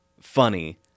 funny